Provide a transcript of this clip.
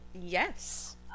Yes